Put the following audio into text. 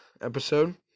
episode